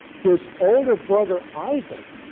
his older brother isaac